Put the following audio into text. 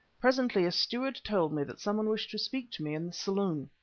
presently a steward told me that someone wished to speak to me in the saloon.